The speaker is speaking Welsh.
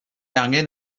angen